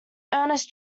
ernest